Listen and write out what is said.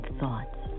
thoughts